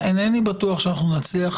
אינני בטוח שנצליח,